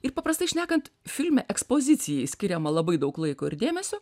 ir paprastai šnekant filme ekspozicijai skiriama labai daug laiko ir dėmesio